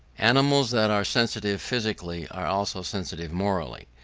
animals that are sensitive physically are also sensitive morally,